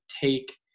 take